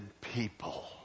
people